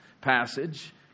passage